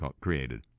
created